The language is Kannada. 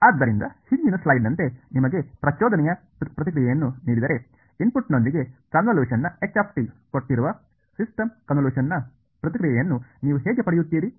ಆದ್ದರಿಂದ ಹಿಂದಿನ ಸ್ಲೈಡ್ನಂತೆ ನಿಮಗೆ ಪ್ರಚೋದನೆಯ ಪ್ರತಿಕ್ರಿಯೆಯನ್ನು ನೀಡಿದರೆ ಇನ್ಪುಟ್ನೊಂದಿಗೆ ಕನ್ವಿಲೇಶನ್ನ h ಕೊಟ್ಟಿರುವ ಸಿಸ್ಟಮ್ ಕನ್ವಿಲೇಶನ್ನ ಪ್ರತಿಕ್ರಿಯೆಯನ್ನು ನೀವು ಹೇಗೆ ಪಡೆಯುತ್ತೀರಿ